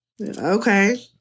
okay